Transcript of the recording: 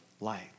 light